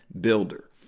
builder